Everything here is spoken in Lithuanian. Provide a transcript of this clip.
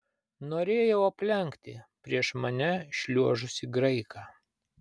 norėjau aplenkti prieš mane šliuožusį graiką